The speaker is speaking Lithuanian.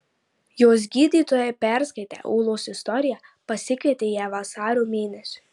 jos gydytojai perskaitę ūlos istoriją pasikvietė ją vasario mėnesiui